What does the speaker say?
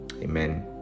amen